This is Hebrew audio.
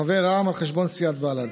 חבר רע"מ, על חשבון סיעת בל"ד,